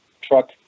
truck